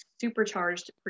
supercharged